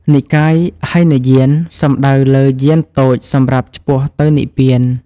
និកាយហីនយាន សំដៅលើយានតូចសម្រាប់ឆ្ពោះទៅនិព្វាន។